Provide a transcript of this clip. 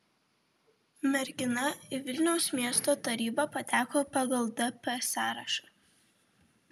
mergina į vilniaus miesto tarybą pateko pagal dp sąrašą